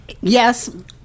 Yes